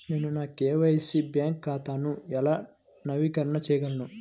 నేను నా KYC bank ఖాతాను ఎలా నవీకరణ చేయగలను?